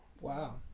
Wow